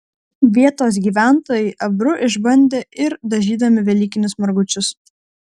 vietos gyventojai ebru išbandė ir dažydami velykinius margučius